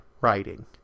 writing